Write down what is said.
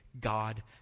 God